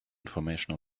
information